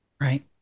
Right